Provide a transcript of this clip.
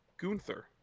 Gunther